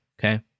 okay